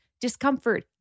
discomfort